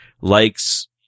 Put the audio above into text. likes